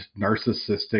narcissistic